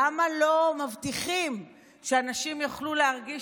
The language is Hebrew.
למה לא מבטיחים שאנשים יוכלו להרגיש